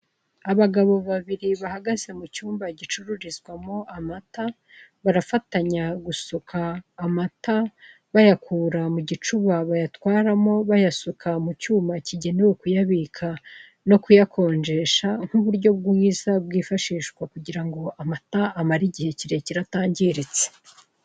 Abagabo babiri bahagaze mucyumba gicururizwamo amata barafatanya gusuka amata bayakura mu gicuba bayatwaramo bayasuka mucyuma kigenewe kuyabika no kuyakonjesha nk'uburyo bwiza bwifashisha kugirango amata amare igihe kirekire atangiritse.